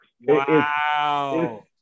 Wow